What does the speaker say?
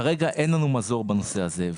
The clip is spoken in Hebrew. כרגע אין לנו מזור בנושא הזה,